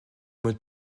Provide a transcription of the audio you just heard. mot